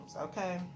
Okay